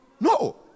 No